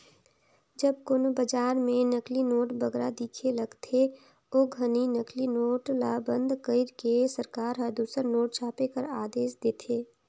जब कोनो बजार में नकली नोट बगरा दिखे लगथे, ओ घनी नकली नोट ल बंद कइर के सरकार हर दूसर नोट छापे कर आदेस देथे